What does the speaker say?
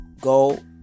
Go